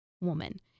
woman